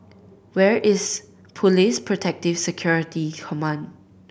where is Police Protective Security Command